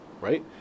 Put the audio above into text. right